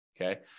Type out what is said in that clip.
Okay